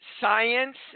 science